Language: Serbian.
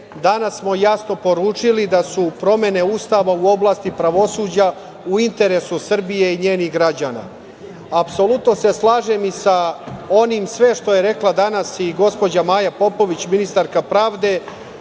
danas smo jasno poručili da su promene Ustava u oblasti pravosuđa u interesu Srbije i njenih građana. Apsolutno se slažem i sa onim sve što je rekla danas i gospođa Maja Popović, ministarka pravde